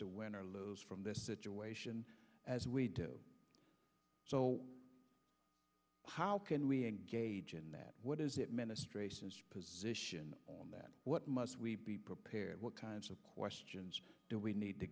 to win or lose from this situation as we do so how can we engage in that what is it ministrations position on that what must we be prepared what kinds of questions do we need to